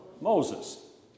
Moses